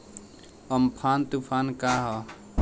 Amphan तुफान का ह?